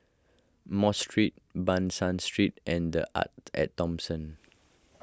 Mosque Street Ban San Street and the Arte at Thomson